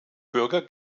bürger